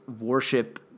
worship